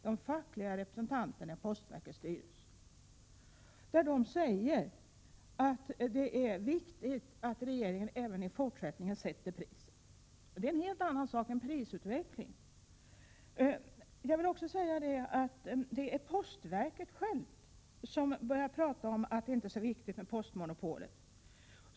De fackliga representanterna säger att det är viktigt att regeringen även i fortsättningen sätter priset. Det är en helt annan sak än att tala om prisutveckling. Det är postverket självt som har börjat tala om att postmonopolet inte är så viktigt.